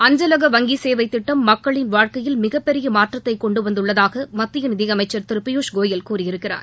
அஞ்சலக வங்கிசேவை திட்டம் மக்களின் வாழ்க்கையில் மிகப்பெரிய மாற்றத்தை கொண்டுவந்துள்ளதாக மத்திய நிதியமைச்சர் திரு பியூஷ்கோயல் கூறியிருக்கிறார்